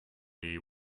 you